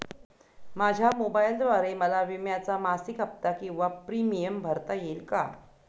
माझ्या मोबाईलद्वारे मला विम्याचा मासिक हफ्ता किंवा प्रीमियम भरता येईल का?